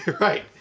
Right